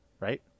Right